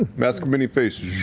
mask of many faces.